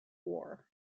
war